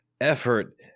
effort